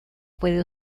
puede